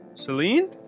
Celine